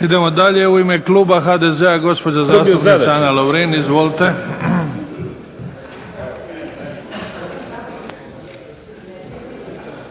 Idemo dalje. U ime kluba HDZ-a gospođa zastupnica Ana Lovrin. Izvolite.